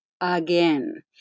again